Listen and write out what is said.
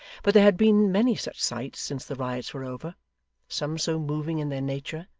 but there had been many such sights since the riots were over some so moving in their nature,